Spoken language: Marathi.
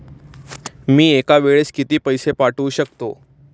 मी एका वेळेस किती पैसे पाठवू शकतो?